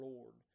Lord